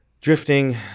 drifting